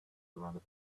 around